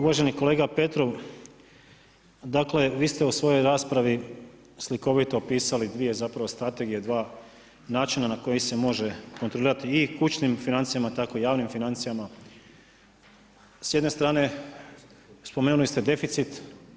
Uvaženi kolega Petrov, dakle, vi ste u svojoj raspravi slikovito opisali 2 zapravo strategije, 2 načina na koji se može kontrolirati i kućnim financijama, tako i u javnim financijama, s jedne strane, spomenuli ste deficit.